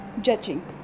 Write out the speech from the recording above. judging